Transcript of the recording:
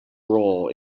role